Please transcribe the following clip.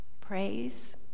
praise